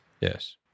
Yes